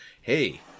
hey